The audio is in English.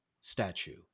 statue